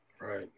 Right